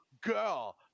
girl